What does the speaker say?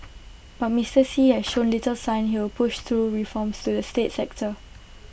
but Mister Xi has shown little sign he will push through reforms to the state sector